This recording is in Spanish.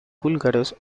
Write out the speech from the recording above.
búlgaros